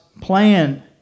plan